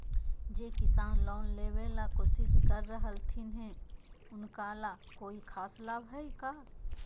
जे किसान लोन लेबे ला कोसिस कर रहलथिन हे उनका ला कोई खास लाभ हइ का?